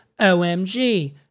OMG